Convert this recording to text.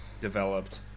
developed